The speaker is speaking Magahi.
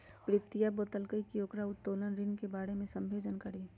प्रीतिया बोललकई कि ओकरा उत्तोलन ऋण के बारे में सभ्भे जानकारी हई